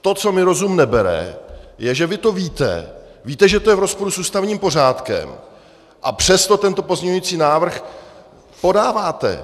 To, co mi rozum nebere, je to, že vy to víte, víte, že je to v rozporu s ústavním pořádkem, a přesto tento pozměňující návrh podáváte!